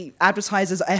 Advertisers